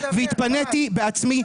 והתפניתי בעצמי,